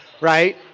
Right